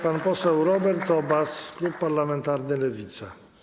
Pan poseł Robert Obaz, klub parlamentarny Lewica.